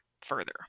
further